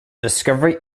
discovery